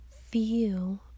feel